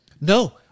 No